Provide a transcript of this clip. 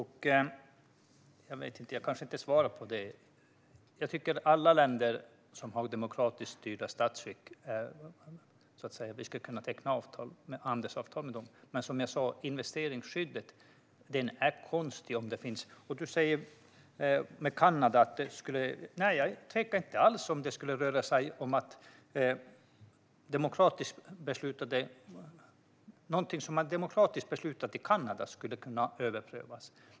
Herr talman! Jag kanske inte svarade på frågan, men jag tycker att vi ska kunna teckna handelsavtal med alla länder som har ett demokratiskt statsskick. Lars Hjälmered talar om Kanada. Jag tvekar inte alls om det skulle röra sig om att överpröva någonting som man demokratiskt hade beslutat i Kanada.